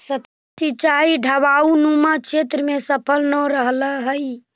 सतही सिंचाई ढवाऊनुमा क्षेत्र में सफल न रहऽ हइ